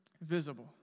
visible